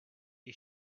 you